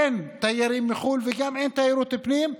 אין תיירים מחו"ל וגם אין תיירות פנים.